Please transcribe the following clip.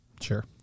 Sure